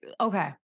okay